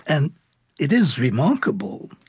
and it is remarkable,